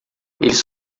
eles